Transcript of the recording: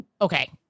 Okay